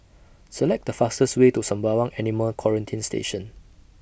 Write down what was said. Select The fastest Way to Sembawang Animal Quarantine Station